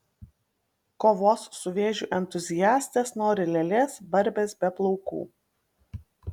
kovos su vėžiu entuziastės nori lėlės barbės be plaukų